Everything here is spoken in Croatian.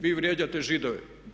Vi vrijeđate Židove.